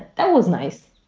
that was nice.